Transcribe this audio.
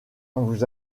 vous